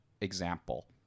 example